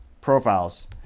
profiles